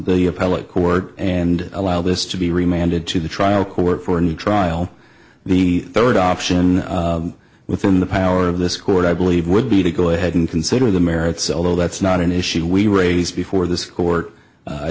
appellate court and allow this to be reminded to the trial court for a new trial the third option within the power of this court i believe would be to go ahead and consider the merits although that's not an issue we raise before this court